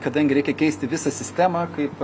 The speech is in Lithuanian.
kadangi reikia keisti visą sistemą kaip